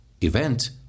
event